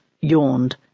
yawned